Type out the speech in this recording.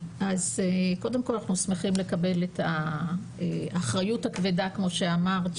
קודם כל אנחנו שמחים לקבל את האחריות הכבדה כמו שאמרת,